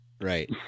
Right